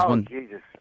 Jesus